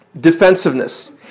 defensiveness